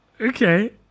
Okay